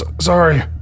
sorry